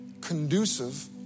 conducive